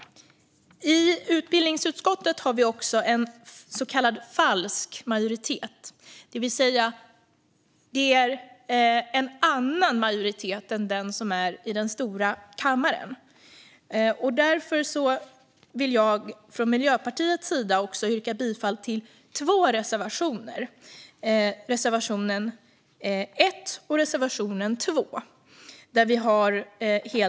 I utbildningsutskottet har vi också en så kallad falsk majoritet, vilket alltså är en annan majoritet än den som finns i den stora kammaren. Därför vill jag från Miljöpartiets sida yrka bifall till två reservationer, nämligen reservation 1 och reservation 2.